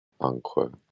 unquote